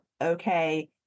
okay